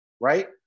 right